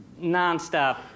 nonstop